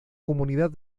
comunidad